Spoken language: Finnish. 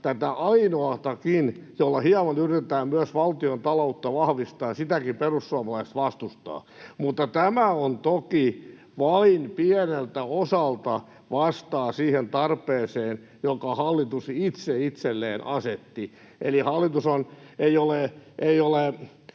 tätä ainoatakin, jolla hieman yritetään myös valtiontaloutta vahvistaa, perussuomalaiset vastustavat. Mutta tämä toki vain pieneltä osalta vastaa siihen tarpeeseen, jonka hallitus itse itselleen asetti. Eli hallitus on…